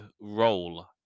role